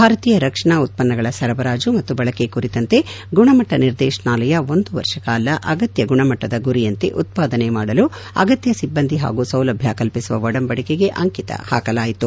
ಭಾರತೀಯ ರಕ್ಷಣಾ ಉತ್ತನ್ನಗಳ ಸರಬರಾಜು ಮತ್ತು ಬಳಕೆ ಕುರಿತಂತೆ ಗುಣಮಟ್ನ ನಿರ್ದೇಶನಾಲಯ ಒಂದು ವರ್ಷಗಳ ಕಾಲ ಅಗತ್ಯ ಗುಣಮಟ್ನದ ಗುರಿಯಂತೆ ಉತ್ವಾದನೆ ಮಾಡಲು ಅಗತ್ಯ ಸಿಬ್ಬಂದಿ ಹಾಗೂ ಸೌಲಭ್ಯ ಕಲ್ಪಿಸುವ ಒಡಂಬಡಿಕೆಗೆ ಅಂಕಿತ ಹಾಕಲಾಯಿತು